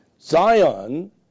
Zion